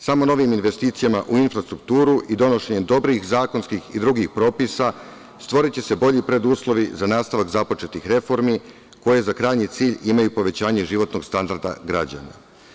Samo novim investicijama u infrastrukturu i donošenjem dobrih zakonskih i drugih propisa stvoriće se bolji preduslovi za nastavak započetih reformi koje za krajnji cilj imaju povećanje životnog standarda građana.